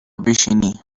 بشینی